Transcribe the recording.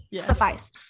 suffice